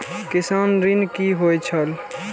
किसान ऋण की होय छल?